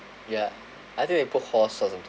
ya I think they put horse or something